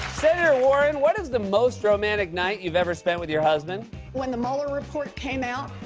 senator warren, what is the most romantic night you've ever spent with your husband when the mueller report came out,